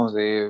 de